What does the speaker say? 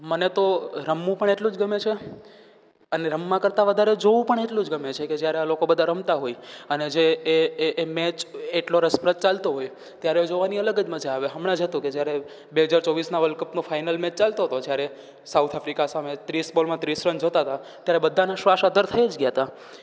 મને તો રમવું પણ એટલું જ ગમે છે અને રમવા કરતાં વધારે જોવું પણ એટલું જ ગમે છે કે જ્યારે આ લોકો બધાં રમતાં હોય અને જે એ મેચ એટલો રસપ્રદ ચાલતું હોય ત્યારે જોવાની અલગ જ મજા આવે હમણાં જ હતો કે જ્યારે બે હજાર ચોવીસના વર્લ્ડ કપનો ફાઇનલ મેચ ચાલતો હતો જયારે સાઉથ આફ્રિકા સામે ત્રીસ બોલમાં ત્રીસ રન જોઈતાં ત્યારે બધાનાં શ્વાસ અધ્ધર થઈ જ ગયાં હતાં